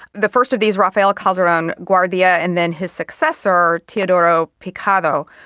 the first of these, rafael calderon guardia, and then his successor teodoro picado.